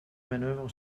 manœuvre